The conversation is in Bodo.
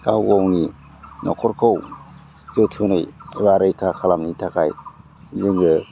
गाव गावनि न'खरखौ जोथोनै एबा रैखा खालामनायनि थाखाय जोङो